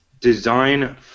design